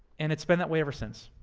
and it's been that way ever since.